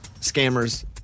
scammers